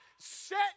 Set